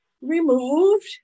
removed